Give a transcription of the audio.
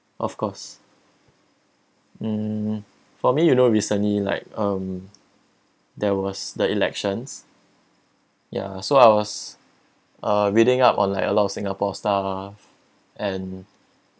of course hmm for me you know recently like um there was the elections yeah so I was uh reading up on like a lot of singapore stuff and